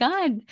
God